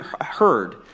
heard